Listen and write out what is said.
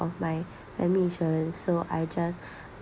of my family insurance so I just